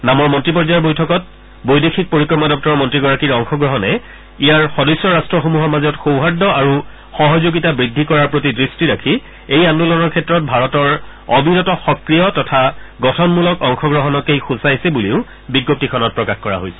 নামৰ মন্নী পৰ্য্যায়ৰ বৈঠকত বৈদেশিক পৰিক্ৰমা দপ্তৰৰ মন্ত্ৰীগৰাকীৰ অংশগ্ৰহণে ইয়াৰ সদস্য ৰাট্টসমূহৰ মাজত সৌহাৰ্দ্য আৰু সহযোগিতা বৃদ্ধি কৰাৰ প্ৰতি দৃট্টি ৰাখি এই আন্দোলনৰ ক্ষেত্ৰত ভাৰতৰ অবিৰত সফ্ৰিয় তথা গঠনমূলক অংশগ্ৰহণকেই সূচাইছে বুলিও বিজ্ঞপ্তিখনত প্ৰকাশ কৰা হৈছে